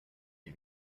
die